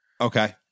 Okay